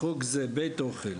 בחוק זה בית אוכל